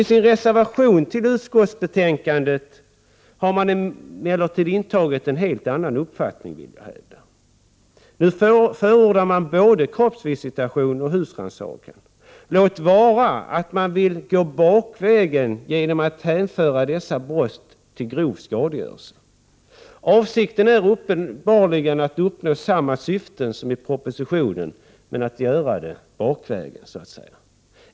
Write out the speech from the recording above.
I sin reservation till utskottsbetänkandet har moderaterna emellertid intagit en helt annan uppfattning, vill jag hävda. Nu förordar man både kroppsvisitation och husrannsakan, låt vara att man vill gå bakvägen genom att hänföra ifrågavarande brott till grov skadegörelse. Avsikten är uppenbarligen att uppnå samma syfte som i propositionen men att göra det bakvägen så att säga.